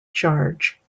charge